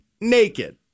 naked